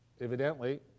evidently